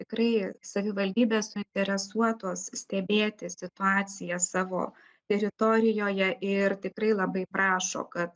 tikrai savivaldybės suinteresuotos stebėti situacijas savo teritorijoje ir tikrai labai prašo kad